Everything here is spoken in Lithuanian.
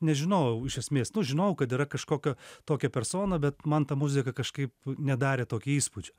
nežinau iš esmės nu žinojau kad yra kažkokio tokia persona bet man ta muzika kažkaip nedarė tokio įspūdžio